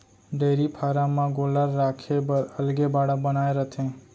dairy farm म गोल्लर राखे बर अलगे बाड़ा बनाए रथें